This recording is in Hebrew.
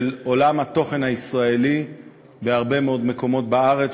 עולם התוכן הישראלי בהרבה מאוד מקומות בארץ,